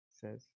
says